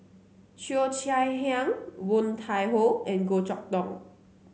Cheo Chai Hiang Woon Tai Ho and Goh Chok Tong